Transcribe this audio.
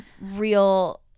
real